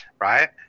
right